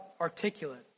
articulate